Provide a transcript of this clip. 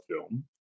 film